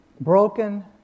broken